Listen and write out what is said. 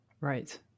Right